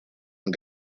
and